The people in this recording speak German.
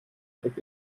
check